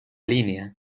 línea